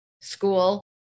school